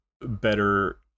better